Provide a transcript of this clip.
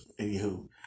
anywho